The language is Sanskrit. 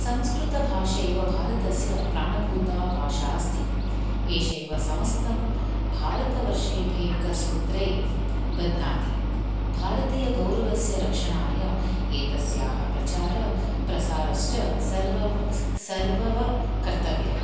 संस्कृतभाषा एव भारतस्य प्राणभूता भाषा अस्ति एषैव समस्तं भारतवर्षेभ्य एकसूत्रै बध्नाति भारतीय गौरवस्य रक्षणाय एतस्याः प्रचार प्रसारश्च सर्वव सर्वव कर्त्तव्यः